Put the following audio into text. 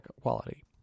quality